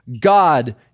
God